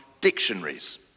dictionaries